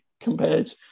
compared